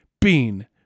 bean